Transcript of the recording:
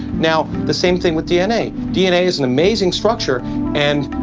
now, the same thing with dna. dna is an amazing structure and